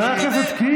על מה אתה מדבר?